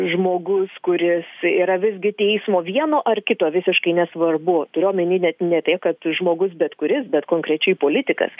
žmogus kuris yra visgi teismo vieno ar kito visiškai nesvarbu turiu omeny net ne tiek kad žmogus bet kuris bet konkrečiai politikas